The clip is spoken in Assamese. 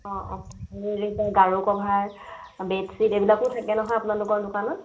অঁ অঁ আৰু কি কয় গাৰু কভাৰ বেডশ্বট এইবিলাকো থাকে নহয় আপোনালোকৰ দোকানত